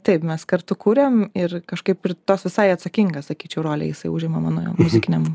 taip mes kartu kūriam ir kažkaip ir tas visai atsakinga sakyčiau rolė jisai užima mano muzikiniam